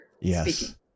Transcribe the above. Yes